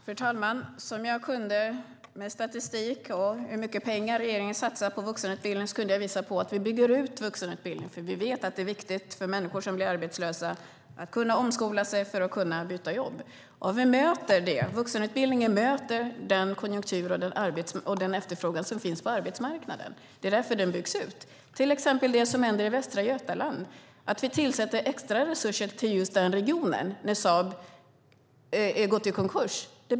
Fru talman! Hur mycket regeringen satsar på vuxenutbildning kunde jag visa i form av statistik. Jag kunde visa att vi bygger ut vuxenutbildningen. Vi vet att det är viktigt för människor som blir arbetslösa att ha möjlighet att omskola sig för att kunna byta jobb. Vuxenutbildningen möter den konjunktur och den efterfrågan som finns på arbetsmarknaden. Det är därför den byggs ut. Ett exempel är det som händer i Västra Götaland. Vi tillsätter extra resurser i just den regionen eftersom Saab gått i konkurs.